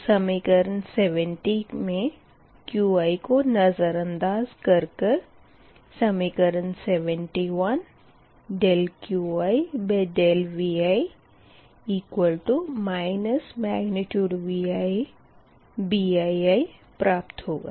तो समीकरण 70 मे Qi को नज़रअंदाज़ कर कर समीकरण 71 QiVi ViBii प्राप्त होगा